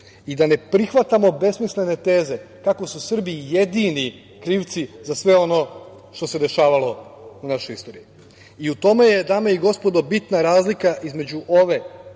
i da ne prihvatamo besmislene teze kako su Srbi jedini krivci za sve ono što se dešavalo u našoj istoriji.U tome je, dame i gospodo, bitna razlika između ove